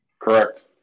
Correct